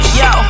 yo